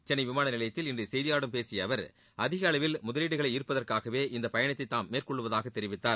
சென்னை விமான நிலையத்தில் இன்று செய்தியாளர்களிடம் பேசிய அவர் அதிக அளவில் முதலீடுகளை ஈர்ப்பதற்காகவே இந்தப் பயணத்தை தாம் மேற்கொள்வதாக தெரிவித்தார்